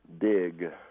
Dig